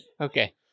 Okay